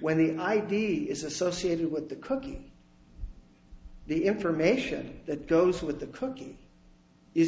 when i d d is associated with the cookie the information that goes with the cookie is